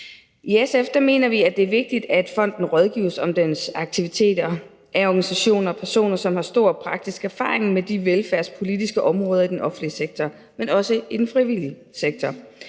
I SF mener vi, at det er vigtigt, at fonden rådgives om dens aktiviteter af organisationer og personer, som har stor praktisk erfaring med de velfærdspolitiske områder i den offentlige sektor, men også i den frivillige sektor.